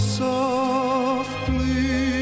softly